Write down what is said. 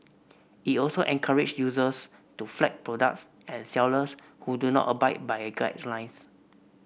it also encourage users to flag products and sellers who do not abide by its guidelines